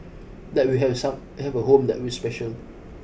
that we will have some have a home that will special